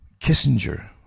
Kissinger